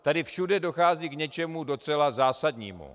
Tady všude dochází k něčemu docela zásadnímu.